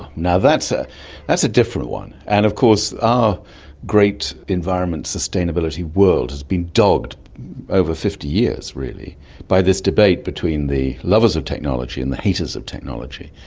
now that's ah that's a different one, and of course our great environment sustainability world has been dogged over fifty years really by this debate between the lovers of technology and the haters of technology.